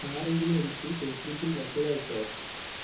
ആരെങ്കിലും എനിക്ക് ഫേസ്ബുക്കിൽ മെസ്സേജ് അയച്ചോ